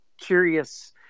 curious